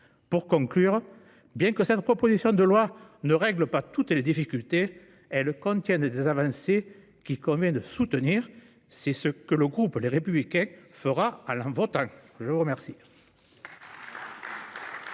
Pour conclure, bien que cette proposition de loi ne règle pas toutes les difficultés, elle contient des avancées qu'il convient de soutenir ; c'est ce que le groupe Les Républicains fera en la votant. La parole